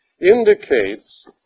indicates